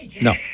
No